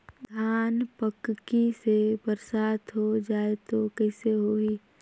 धान पक्की से बरसात हो जाय तो कइसे हो ही?